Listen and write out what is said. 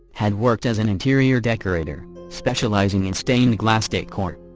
had worked as an interior decorator, specializing in stained-glass decor.